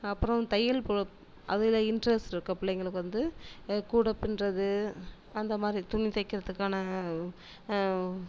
அப்புறம் தையல் அதில் இன்ட்ரெஸ்ட் இருக்க பிள்ளைங்களுக்கு வந்து எதாவது கூட பின்னுறது அந்தமாதிரி துணி தைக்கிறதுக்கான